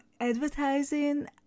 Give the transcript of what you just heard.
advertising